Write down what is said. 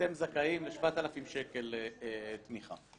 אתם זכאים ל-7,000 שקל תמיכה.